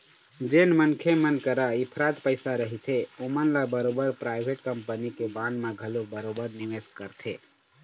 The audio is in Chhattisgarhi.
जेन मनखे मन करा इफरात पइसा रहिथे ओमन ह बरोबर पराइवेट कंपनी के बांड म घलोक बरोबर निवेस करथे